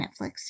Netflix